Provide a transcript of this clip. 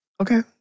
Okay